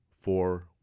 Four